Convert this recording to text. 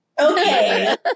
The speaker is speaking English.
Okay